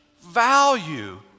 value